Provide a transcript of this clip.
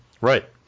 Right